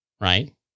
right